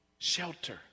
Shelter